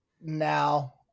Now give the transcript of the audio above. now